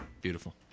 Beautiful